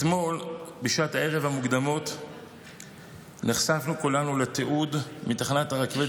אתמול בשעות הערב המוקדמות נחשפנו כולנו לתיעוד מתחנת הרכבת